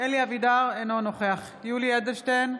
אלי אבידר, אינו נוכח יולי יואל אדלשטיין,